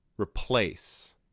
replace